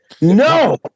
No